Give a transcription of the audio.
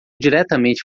diretamente